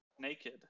naked